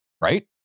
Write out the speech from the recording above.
right